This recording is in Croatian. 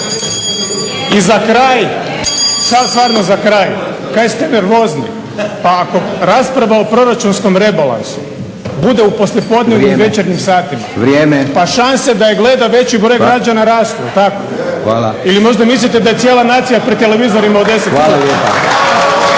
I za kraj, sad stvarno za kraj kaj ste nervozni? Pa ako rasprava o proračunskom rebalansu bude u poslijepodnevnim i večernjim satima pa šanse da je gleda veći broj građana rastu jel' tako? … /Upadica Leko: Vrijeme./… Ili možda mislite da je cijela nacija pred televizorima u 10